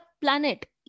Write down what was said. planet